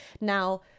Now